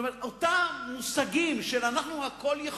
זאת אומרת, אותם מושגים של אנחנו הכול-יכולים